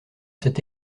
c’est